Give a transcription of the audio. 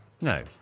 no